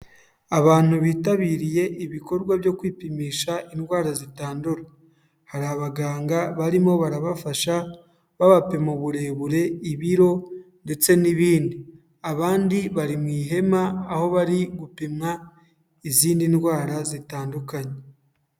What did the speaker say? Abantu bitabiriye ibikorwa byo kwipimisha indwara zitandura. Hari abaganga barimo barabafasha, babapima uburebure, ibiro ndetse n'ibindi. Abandi bari mu ihema, aho bari gupimwa izindi ndwara zitandukanye.